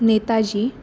Netaji